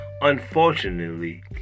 Unfortunately